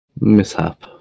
mishap